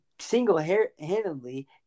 single-handedly